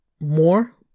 More